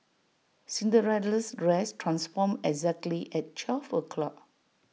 Cinderella's dress transformed exactly at twelve o' clock